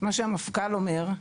מה שהמפכ"ל אומר,